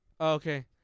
Okay